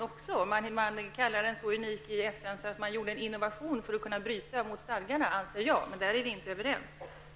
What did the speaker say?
Jag anser att man i FN ansåg den vara så unik att man gjorde en innovation för att kunna bryta mot stadgarna. Men där är vi inte överens.